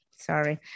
Sorry